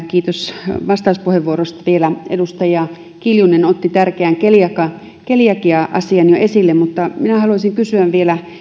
kiitos vastauspuheenvuorosta vielä edustaja kiljunen otti tärkeän keliakia keliakia asian jo esille minä haluaisin kysyä vielä